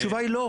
התשובה היא לא.